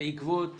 בעקבות